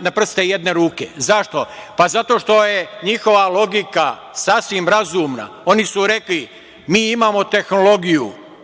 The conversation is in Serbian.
na prste jedne ruke. Zašto? Zato što je njihova logika sasvim razumna. Oni su rekli - mi imamo tehnologiju,